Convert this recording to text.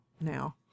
now